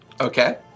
Okay